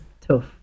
tough